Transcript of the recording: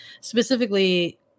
specifically